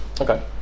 Okay